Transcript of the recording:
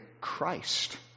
Christ